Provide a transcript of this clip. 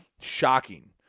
shocking